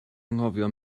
anghofio